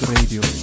Radio